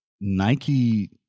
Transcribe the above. Nike